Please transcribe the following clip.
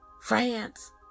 France